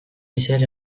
ezer